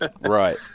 right